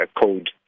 code